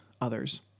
others